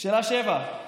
שאלה 7,